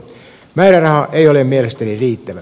määräraha ei ole mielestäni riittävä